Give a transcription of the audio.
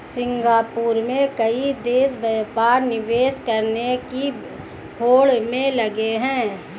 Singapore में कई देश व्यापार निवेश करने की होड़ में लगे हैं